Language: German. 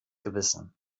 gewissen